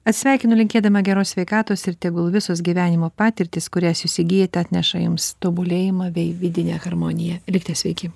atsisveikinu linkėdama geros sveikatos ir tegul visos gyvenimo patirtys kurias jūs įgyjate atneša jums tobulėjimą bei vidinę harmoniją likite sveiki